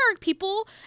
people